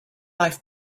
life